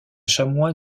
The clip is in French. chamois